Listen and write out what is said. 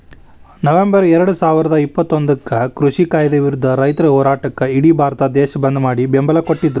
November ಎರಡುಸಾವಿರದ ಇಪ್ಪತ್ತೊಂದಕ್ಕ ಕೃಷಿ ಕಾಯ್ದೆ ವಿರುದ್ಧ ರೈತರ ಹೋರಾಟಕ್ಕ ಇಡಿ ಭಾರತ ದೇಶ ಬಂದ್ ಮಾಡಿ ಬೆಂಬಲ ಕೊಟ್ಟಿದ್ರು